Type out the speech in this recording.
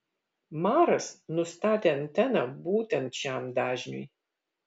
maras nustatė anteną būtent šiam dažniui